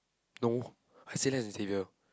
no I said less than Xavier